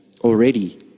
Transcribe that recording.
already